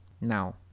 now